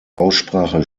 aussprache